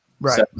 Right